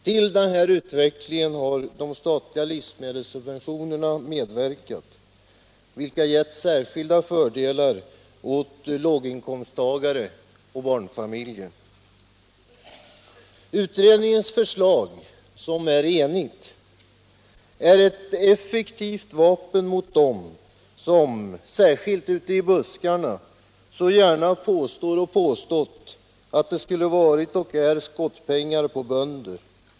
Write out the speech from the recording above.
Till den här utvecklingen har de statliga livsmedelssubventionerna medverkat, vilka givit särskilda fördelar åt låginkomsttagare och barnfamiljer. Utredningens förslag, som är enhälligt, är ett effektivt vapen mot dem som, särskilt ute i buskarna, så gärna påstått och påstår, att det skulle ha varit och är skottpengar på bönder.